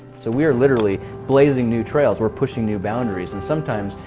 so we are literally blazing new trails, we're pushing new boundaries. and sometimes,